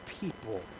people